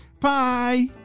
Bye